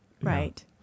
Right